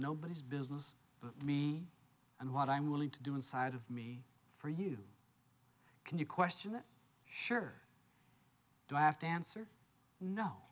nobody's business but me and what i'm willing to do inside of me for you can you question it sure do i have to answer no